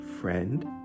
friend